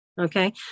Okay